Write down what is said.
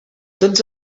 tots